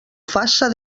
faça